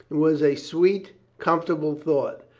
it was a sweet, comfortable thought.